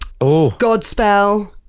Godspell